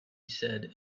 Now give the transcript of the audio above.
said